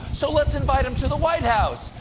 so let's invite him to the white house.